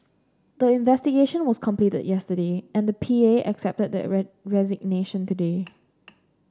the investigation was completed yesterday and the P A accepted the red resignation today